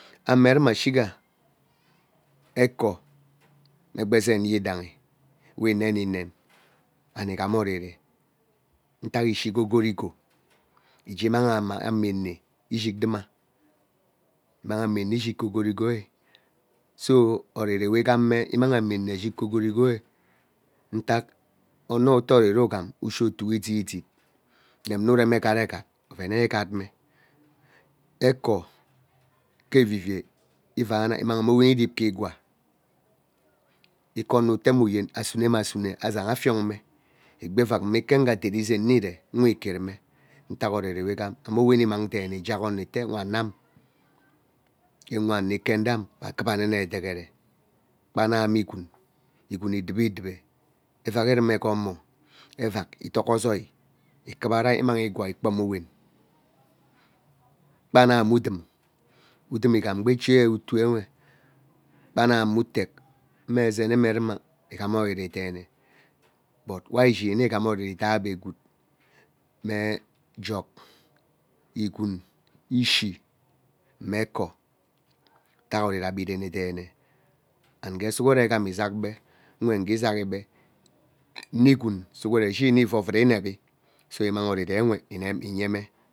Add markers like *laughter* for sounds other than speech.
Ame rung ashigha ekor mmengba ezen yee idemyi we innen ihen and ighama oriri ntak ishi gee ogorigo igee nnanghema ama ene ishig ruma immag ama ene ishighe ogorighe so oriri we igham me imanghi ame enee shig gee ogorigoa ntak ono we atee oriri ugham ineme urem egare egad ovene igat me ekor ke evivei ivaana imang amowen irep ke igwaa ike ono uteme uyen asuneme asune azaha afiong me egbi evak mmakeghe aderi zeen nne iree mme ike rume ntak oriri we igham amowen immang njeck ono etee wanam yen wan nne ike nram vaa kuvaa nne edegere. Kpana mme igwin, igwin idube idube efack irume ke omou, efak ee dog ozoi kura rei immang igwaa ikpoam owen *noise* kpana mme udum udum igham ode echi utumwe kpana mme uteck mune ezene mruna igham oriri deene but we wri ishin mme igham oriri idei ebe gwood mme jog, igwin ishi mme ekor atak oriri ebe irene deene and ngene sughurem igham izaghe nule ngee izaghiebe nee igwin sughhen ishim mme eve ovug inevi so immang oriri nwe iyene.